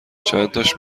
چنتاش